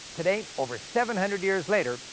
today, over seven hundred years later,